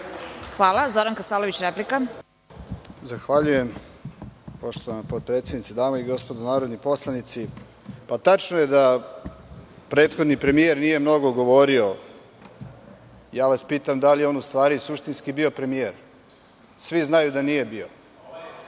**Zoran Kasalović** Zahvaljujem poštovana potpredsednice. Dame i gospodo narodni poslanici, tačno je da prethodni premije nije mnogo govorio, pitam vas da li je on ustvari suštinski bio premijer? Svi znaju da nije bio.